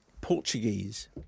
Portuguese